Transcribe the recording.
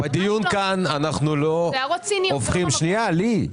אלה הערות ציניות --- לי,